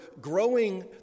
growing